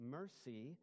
mercy